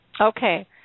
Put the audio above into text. Okay